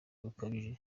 bukabije